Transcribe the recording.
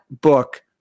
book